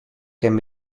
can